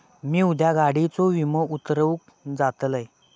मी उद्या गाडीयेचो विमो उतरवूक जातलंय